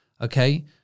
okay